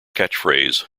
catchphrase